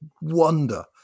wonder